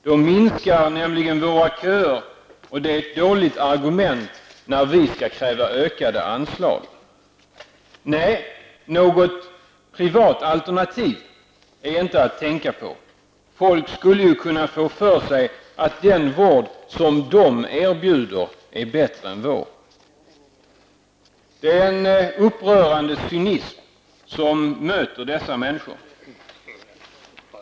Då minskar nämligen våra köer, och det är ett dåligt argument när vi skall kräva ökade anslag. -- Nej, något privat alternativ är inte att tänka på. Folk skulle ju kunna få för sig att den vård som de erbjuder är bättre än vår. Det är en upprörande cynism som möter dessa människor.